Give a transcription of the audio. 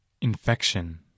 Infection